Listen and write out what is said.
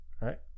Right